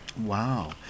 Wow